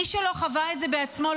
מי שלא חווה את זה בעצמו,